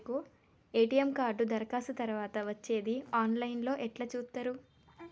ATM card దరఖాస్తు తరువాత వచ్చేది ఆన్ లైన్ లో ఎట్ల చూత్తరు?